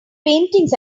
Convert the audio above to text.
paintings